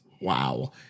wow